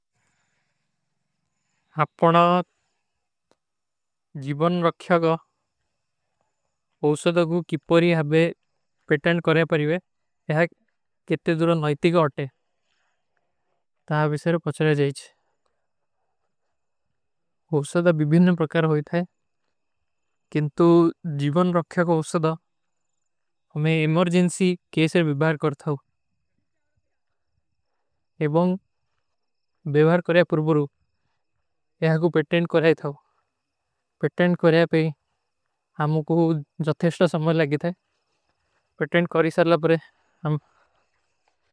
ଆପନା ଜୀଵନ ରଖ୍ଯାଗା ଉସଦା କୋ କିପରୀ ହାବେ ପେଟେଂଡ କରେଂ ପରିଵେ, ଯହାଁ କେତେ ଦୂରା ନାଇତିକ ଆଟେ। ତା ଆପ ଇସେରୋ ପଚଲେ ଜାଈଚ। ଜୀଵନ ରଖ୍ଯାଗା ଉସଦା କୋ କିପରୀ ହାବେ ପେଟେଂଡ କରେଂ ପରିଵେ, ଯହାଁ କେତେ ଦୂରା ନାଇତିକ ଆଟେ।